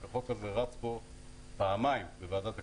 החוק הזה רץ פה פעמיים בוועדת הכלכלה.